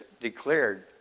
declared